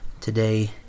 today